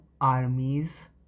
armies